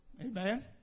Amen